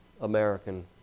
American